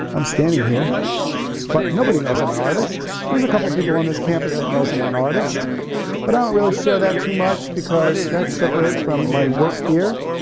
i'm standing here but nobody knows i'm an artist, there's a couple people on this campus that knows i'm an artist but i don't really share that too much because that's separate from my work here,